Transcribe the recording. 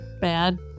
bad